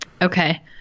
okay